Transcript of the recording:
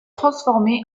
transformé